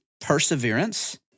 Perseverance